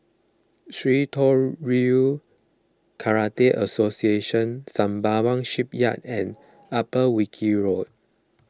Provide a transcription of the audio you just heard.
Shitoryu Karate Association Sembawang Shipyard and Upper Wilkie Road